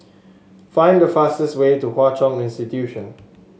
find the fastest way to Hwa Chong Institution